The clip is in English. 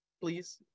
please